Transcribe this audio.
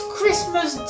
Christmas